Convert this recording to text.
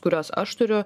kuriuos aš turiu